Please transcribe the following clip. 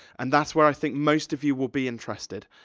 and that's where i think most of you will be interested.